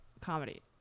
comedy